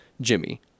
Jimmy